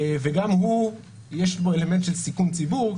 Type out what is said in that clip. גם הוא יש כבר אלמנט של סיכון ציבור,